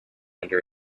under